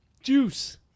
juice